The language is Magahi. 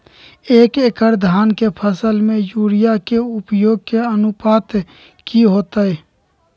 एक एकड़ धान के फसल में यूरिया के उपयोग के अनुपात की होतय?